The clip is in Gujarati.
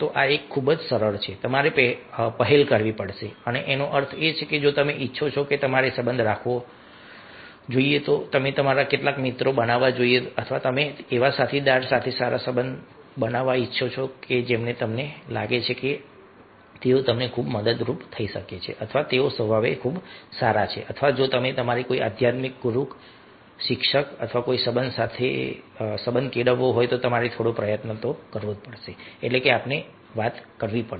આ ખૂબ જ સરળ છે તમારે પહેલ કરવી પડશે એનો અર્થ એ છે કે જો તમે ઇચ્છો છો કે તમારે સંબંધ રાખવા જોઈએ અથવા તમારે કેટલાક મિત્રો બનાવવા જોઈએ અથવા તમે એવા કેટલાક સાથીદારો સાથે સારા સંબંધ ઇચ્છતા હોવ કે જેમને તમને લાગે છે કે તે અથવા તેણી ખૂબ મદદરૂપ થઈ શકે છે અથવા તેઓ સ્વભાવે ખૂબ સારા છે અથવા જો તમારે કોઈ આધ્યાત્મિક ગુરુ શિક્ષક સાથે કોઈ સંબંધ કેળવવો હોય તો તમારે થોડા પ્રયત્નો કરવા પડશે એટલે કે આપણે વાત કરવી પડશે